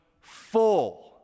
full